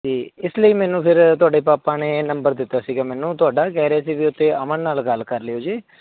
ਅਤੇ ਇਸ ਲਈ ਮੈਨੂੰ ਫਿਰ ਤੁਹਾਡੇ ਪਾਪਾ ਨੇ ਇਹ ਨੰਬਰ ਦਿੱਤਾ ਸੀਗਾ ਮੈਨੂੰ ਤੁਹਾਡਾ ਕਹਿ ਰਹੇ ਸੀ ਵੀ ਉੱਥੇ ਅਮਨ ਨਾਲ ਗੱਲ ਕਰ ਲਿਓ ਜੀ